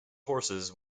horses